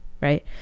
right